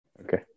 Okay